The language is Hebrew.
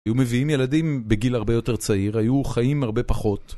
היו מביאים ילדים בגיל הרבה יותר צעיר, היו חיים הרבה פחות.